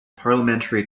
parliamentary